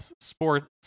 sports